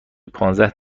پانزده